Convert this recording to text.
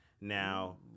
Now